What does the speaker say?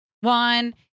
One